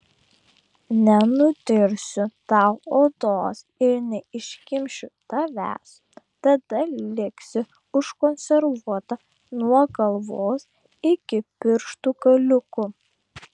nenudirsiu tau odos ir neiškimšiu tavęs tada liksi užkonservuota nuo galvos iki pirštų galiukų